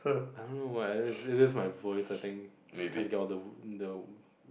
I don't know why it is my voice I think just can't get on the the